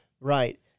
right